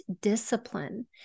discipline